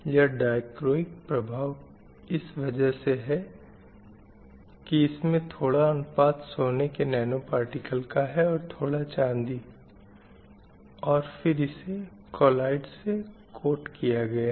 यह डायक्रोइक प्रभाव इस वजह से है कि इसमें थोड़ा अनुपात सोने के नैनो पार्टिकल का है और थोड़ा चाँदी के और फिर इसे कालॉड से कोट किया गया है